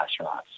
astronauts